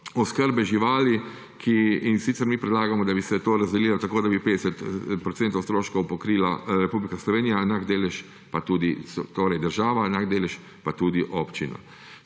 oskrbe živali, in sicer mi predlagamo, da bi se tole razdelilo tako, da bi 50 % stroškov pokrila Republika Slovenija, torej država, enak delež pa tudi občina.